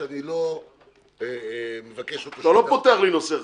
שאני לא מבקש אותו --- אתה לא פותח לי נושא חדש.